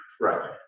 Right